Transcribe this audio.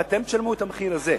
ואתם תשלמו את המחיר הזה.